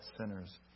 sinners